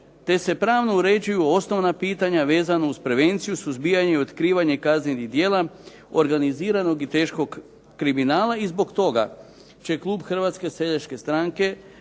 te se pravno uređuju osnovna pitanja vezano uz prevenciju, suzbijanje i otkrivanje kaznenih djela organiziranog i teškog kriminala i zbog toga će klub HSS-a podržati